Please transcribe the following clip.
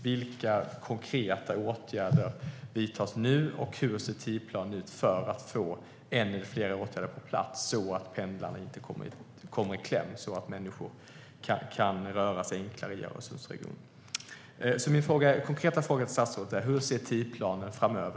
Vilka konkreta åtgärder vidtas nu, och hur ser tidsplanen ut för att få en eller fler åtgärder på plats så att pendlarna inte kommer i kläm utan kan röra sig på ett enklare sätt i Öresundsregionen? Hur ser tidsplanen ut framöver?